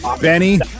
Benny